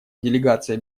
делегация